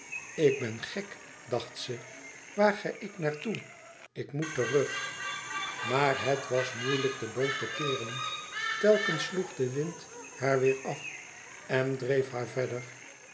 ik ben gek dacht ze waar ga ik naar toe ik moet terug maar het was moeilijk de boot te keeren telkens sloeg de wind haar weêr af en dreef haar verder